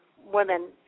women